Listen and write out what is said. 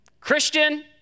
Christian